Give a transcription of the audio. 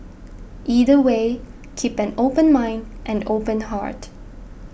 either way keep an open mind and open heart